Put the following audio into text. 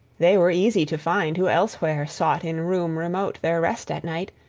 they were easy to find who elsewhere sought in room remote their rest at night,